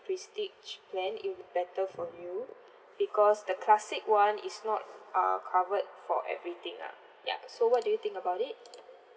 prestige plan it will be better for you because the classic one is not uh covered for everything lah ya so what do you think about it